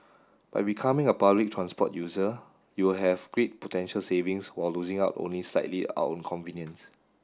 by becoming a public transport user you'll have great potential savings while losing out only slightly on convenience